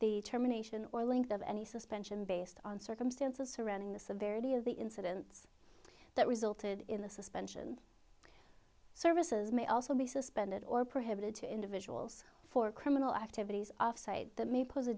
the terminations or length of any suspension based on circumstances surrounding the severity of the incidents that resulted in the suspension services may also be suspended or prohibited to individuals for criminal activities off site that may pose a